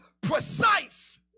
precise